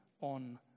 on